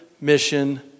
mission